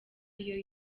ariyo